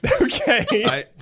okay